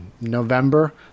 November